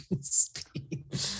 speed